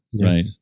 Right